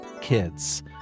kids